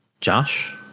Josh